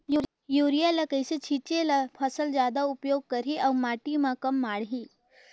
Urea ल कइसे छीचे ल फसल जादा उपयोग करही अउ माटी म कम माढ़ही?